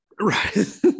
right